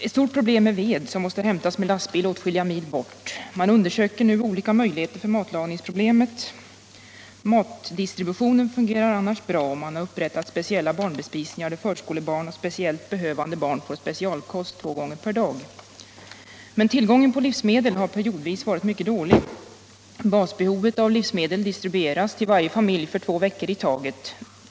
Ett stort problem är ved, som måste hämtas med lastbil åtskilliga mil bort. Man undersöker nu olika andra möjligheter att lösa matlagningsproblemet. Matdistributionen fungerar annars bra, och man har upprättat speciella barnbespisningar, där förskolebarn och speciellt behövande barn får specialkost två gånger per dag. Tillgången på livsmedel har emellertid periodvis varit dålig. Basbehovet av livsmedel distribueras till varje familj för två veckor i taget.